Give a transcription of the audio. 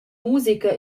musica